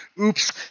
Oops